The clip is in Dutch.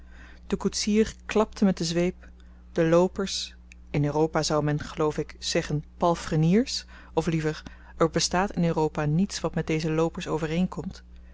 de koetsier klapte met de zweep de loopers in europa zou men geloof ik zeggen palfreniers of liever er bestaat in europa niets wat met deze loopers